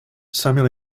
samuel